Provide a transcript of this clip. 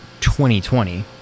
2020